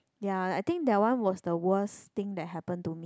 ya I think that one was the worst thing that happen to me